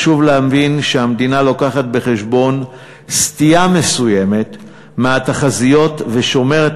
חשוב להבין שהמדינה מביאה בחשבון סטייה מסוימת מהתחזיות ושומרת